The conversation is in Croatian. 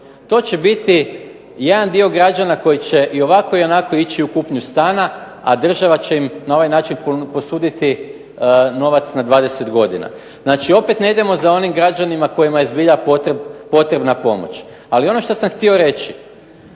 To će biti jedan dio građana koji će i ovako i onako ići u kupnju stana, a država će im na ovaj način posuditi novac na 20 godina. Znači, opet ne idemo za onim građanima kojima je zbilja potrebna pomoć. Ali ono što sam htio reći,